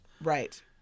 Right